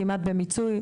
כמעט במיצוי,